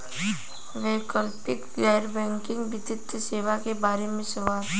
वैकल्पिक गैर बैकिंग वित्तीय सेवा के बार में सवाल?